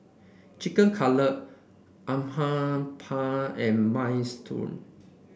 Chicken Cutlet Uthapam and Minestrone